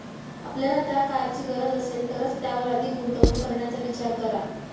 आपल्याला त्या कारची गरज असेल तरच त्यावर अधिक गुंतवणूक करण्याचा विचार करा